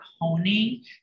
honing